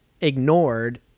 ignored